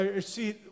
see